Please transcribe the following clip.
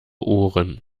ohren